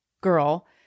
girl